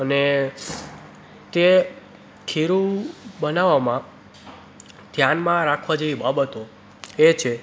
અને કે ખીરું બનાવવામાં ધ્યાનમાં રાખવા જેવી બાબતો એ છે